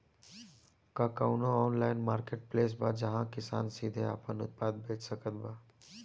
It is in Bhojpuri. का कउनों ऑनलाइन मार्केटप्लेस बा जहां किसान सीधे आपन उत्पाद बेच सकत बा?